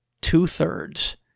two-thirds